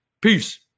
Peace